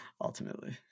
ultimately